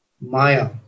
Maya